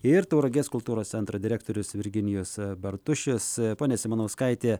ir tauragės kultūros centro direktorius virginijus bartušis ponia simanauskaite